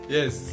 Yes